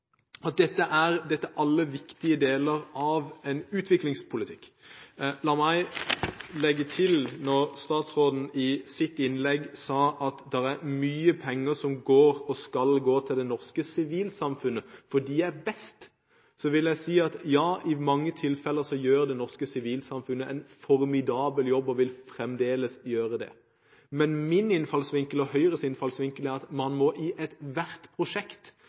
Dette er alle viktige deler av en utviklingspolitikk. Når statsråden i sitt innlegg sa at det er mye penger som går og skal gå til det norske sivilsamfunnet, for de er best, da vil jeg si at ja, i mange tilfeller gjør det norske sivilsamfunnet en formidabel jobb og vil fremdeles gjøre det. Men min og Høyres innfallsvinkel er at man må i ethvert prosjekt